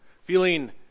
feeling